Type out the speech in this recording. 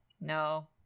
No